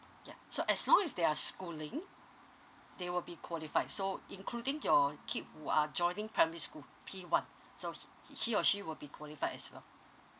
ya so as long as they are schooling they will be qualified so including your kid who are joining primary school p one so he or she will be qualified as well